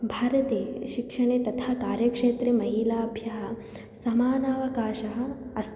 भारते शिक्षणे तथा कार्यक्षेत्रे महिलाभ्यः समानावकाशः अस्ति